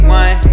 one